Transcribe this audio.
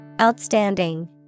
Outstanding